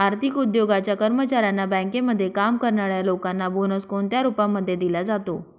आर्थिक उद्योगाच्या कर्मचाऱ्यांना, बँकेमध्ये काम करणाऱ्या लोकांना बोनस कोणत्या रूपामध्ये दिला जातो?